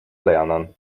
lernen